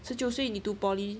十九岁你读 poly